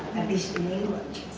at least in england.